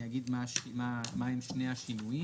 אני אגיד מהם שני השינויים.